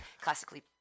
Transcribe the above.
classically